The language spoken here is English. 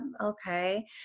okay